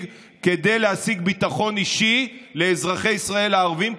כדי להשיג ביטחון אישי לאזרחי ישראל הערבים,